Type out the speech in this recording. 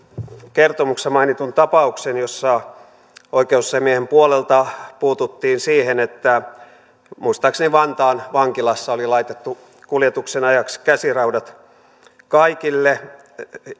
kertomuksessa mainitun tapauksen jossa oikeusasiamiehen puolelta puututtiin siihen että muistaakseni vantaan vankilassa oli laitettu kuljetuksen ajaksi käsiraudat kaikille